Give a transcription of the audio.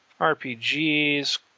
RPGs